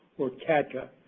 or cadca.